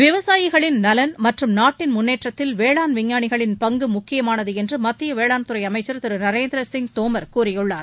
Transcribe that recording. விவசாயிகளின் நலன் மற்றும் நாட்டின் முன்னேற்றத்தில் வேளாண் விஞ்ஞானிகளின் பங்கு முக்கியமானது என்று மத்திய வேளாண்துறை அமைச்சர் திரு நரேந்திர சிங் தோமர் கூறியுள்ளார்